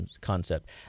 concept